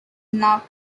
now